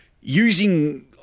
using